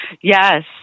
Yes